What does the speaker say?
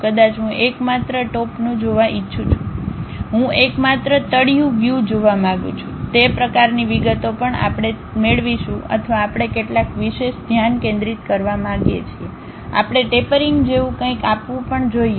કદાચ હું એકમાત્ર ટોપનું જોવું ઇચ્છું છું હું એકમાત્ર તળિયું વ્યૂ જોવા માંગુ છું તે પ્રકારની વિગતો પણ આપણે તે મેળવીશું અથવા આપણે કેટલાક વિશેષ ધ્યાન કેન્દ્રિત કરવા માંગીએ છીએ આપણે ટેપરિંગ જેવું કંઈક આપવું પણ જોઈએ